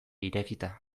irekita